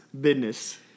Business